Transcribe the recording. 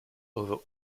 over